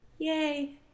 Yay